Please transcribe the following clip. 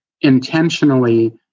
intentionally